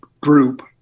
group